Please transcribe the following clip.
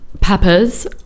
peppers